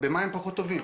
במה הם פחות טובים?